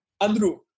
Andrew